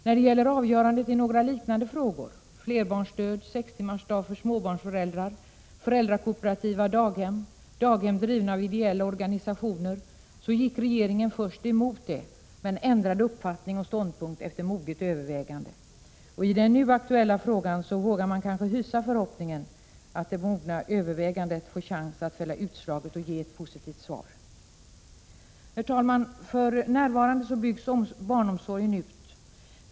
När det gäller avgörandet i några liknande frågor — flerbarnsstöd, sextimmarsdag för småbarnsföräldrar, föräldrakooperativa daghem och daghem drivna av ideella organisationer — gick regeringen först emot förslagen men ändrade uppfattning och ståndpunkt efter moget övervägande. I den nu aktuella frågan vågar man kanske hysa förhoppningen att det mogna övervägandet får chans att fälla utslaget och leda till ett positivt svar. För närvarande, herr talman, byggs barnomsorgen ut.